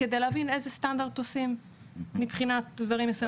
כדי להבין איזה סטנדרט עושים מבחינת דברים מסוימים.